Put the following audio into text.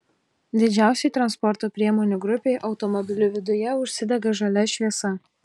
didžiausiai transporto priemonių grupei automobilių viduje užsidega žalia šviesa